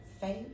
faith